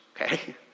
okay